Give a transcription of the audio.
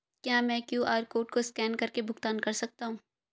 क्या मैं QR code को स्कैन करके भुगतान कर सकता हूं?